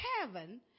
heaven